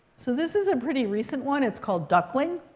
so this is a pretty recent one. it's called duckling.